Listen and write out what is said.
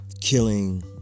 killing